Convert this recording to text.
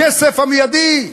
הכסף המיידי.